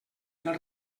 del